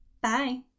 Bye